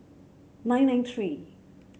nine nine three